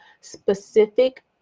specific